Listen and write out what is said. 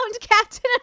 captain